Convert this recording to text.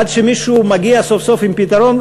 עד שמישהו מגיע סוף-סוף עם פתרון,